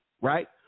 right